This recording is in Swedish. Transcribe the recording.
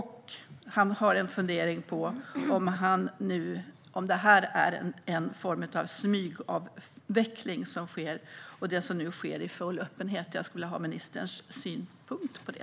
Han har en fundering om det är en form av smygavveckling som nu sker i full öppenhet. Jag skulle vilja ha ministerns synpunkt på det.